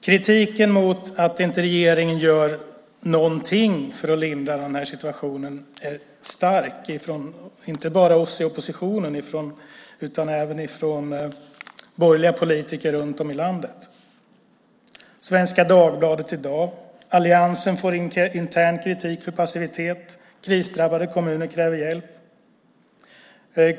Kritiken mot att regeringen inte gör någonting för att lindra den här situationen är stark inte bara från oss i oppositionen utan även från borgerliga politiker runt om i landet. Svenska Dagbladet skriver i dag att alliansen får intern kritik för passivitet. Krisdrabbade kommuner kräver hjälp.